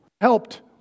helped